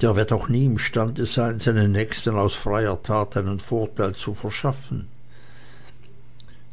der wird auch nie imstande sein seinem nächsten aus freier tat einen vorteil zu verschaffen